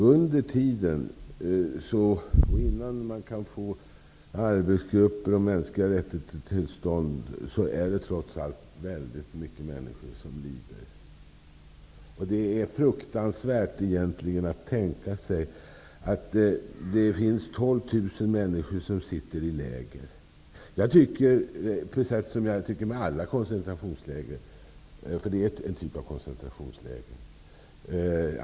Under den tid det tar att bilda grupper för mänskliga rättigheter är det trots allt många människor som fortsätter att lida. Det är fruktansvärt att det finns 12 000 människor som sitter i läger. Det är fråga om en typ av koncentrationsläger eller arbetsläger.